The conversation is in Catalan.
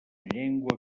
llengua